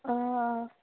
অঁ অঁ